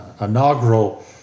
inaugural